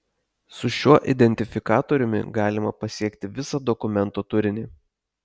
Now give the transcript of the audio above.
su šiuo identifikatoriumi galima pasiekti visą dokumento turinį